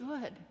good